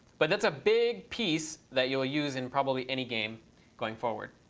but that's a big piece that you'll use in probably any game going forward.